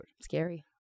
Scary